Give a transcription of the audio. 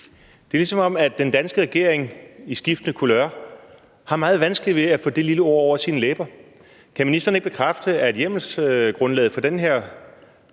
Det er, som om den danske regering i skiftende couleur har meget vanskeligt ved at få det lille ord over sine læber. Kan ministeren ikke bekræfte, at hjemmelsgrundlaget for den her